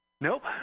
Nope